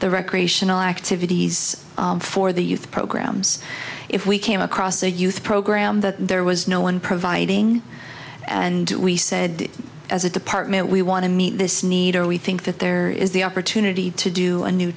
the recreational activities for the youth programs if we came across a youth program that there was no one providing and we said as a department we want to meet this need or we think that there is the opportunity to do a new